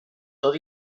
tot